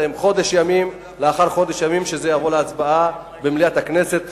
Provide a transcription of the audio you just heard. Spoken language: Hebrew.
ולאחר חודש ימים, זה יבוא להצבעה במליאת הכנסת.